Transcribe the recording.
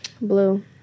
Blue